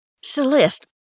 Celeste